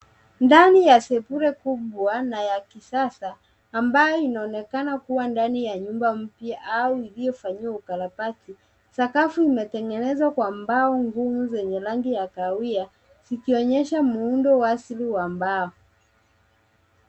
Ndani ya sebule kubwa na ya kisasa ambayo inaonekana kuwa ndani ya nyumba mpya au iliyofanyiwa ukarabati. Sakafu imetengenezwa kwa mbao kuu zenye rangi ya kahawia ikionyesha muundo asili wa mbao.